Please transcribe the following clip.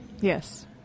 Yes